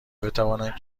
بتوانند